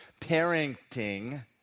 parenting